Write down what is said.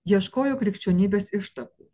ieškojo krikščionybės ištakų